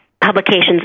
publications